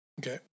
Okay